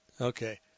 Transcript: Okay